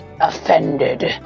offended